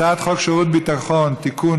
הצעת חוק שירות ביטחון (תיקון,